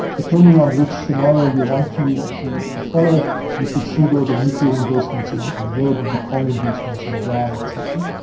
depending on which scenario you want to to follow you could see there the nuclear investments in red and the coal investments in brown, etc.